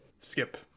Skip